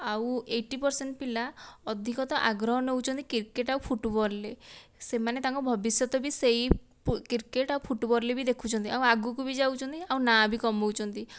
ଆଉ eighty percent ପିଲା ଅଧିକତଃ ଆଗ୍ରହ ନେଉଛନ୍ତି କ୍ରିକେଟ୍ ଆଉ ଫୁଟବଲ୍ରେ ସେମାନେ ତାଙ୍କ ଭବିଷ୍ୟତ ବି ସେଇ ପୁ କ୍ରିକେଟ୍ ଆଉ ଫୁଟବଲ୍ରେ ବି ଦେଖୁଛନ୍ତି ଆଉ ଆଗକୁ ବି ଯାଉଛନ୍ତି ଆଉ ନାଁ ବି କମାଉଛନ୍ତି